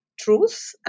truth